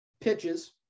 pitches